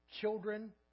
children